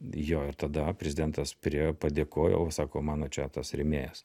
jo ir tada prezidentas priėjo ir padėkojo va sako mano čia tas rėmėjas